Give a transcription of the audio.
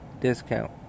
discount